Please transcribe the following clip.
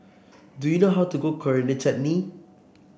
do you know how to cook Coriander Chutney